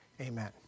Amen